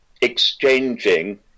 exchanging